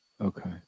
Okay